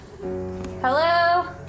Hello